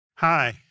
Hi